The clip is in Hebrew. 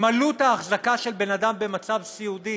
אם עלות ההחזקה של בן אדם במצב סיעודי